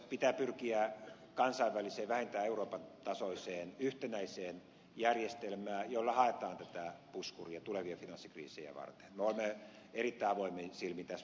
pitää pyrkiä kansainväliseen vähintään euroopan tasoiseen yhtenäiseen järjestelmään jolla haetaan puskuria tulevia finanssikriisejä varten